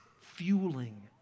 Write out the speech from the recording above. fueling